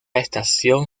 estación